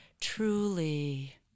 truly